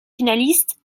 finaliste